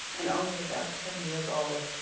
and only about ten years old.